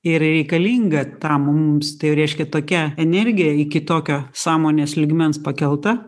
ir reikalinga tam mums tai reiškia tokia energija iki tokio sąmonės lygmens pakelta